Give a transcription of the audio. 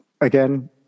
again